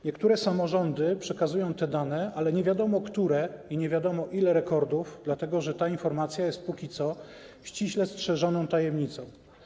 Niektóre samorządy przekazują te dane, ale nie wiadomo które i nie wiadomo ile rekordów, dlatego że ta informacja jest póki co ściśle strzeżoną tajemnicą.